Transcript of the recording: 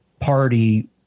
Party